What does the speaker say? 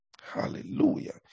Hallelujah